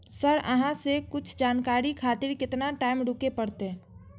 Sir अहाँ से कुछ जानकारी खातिर केतना टाईम रुके परतें?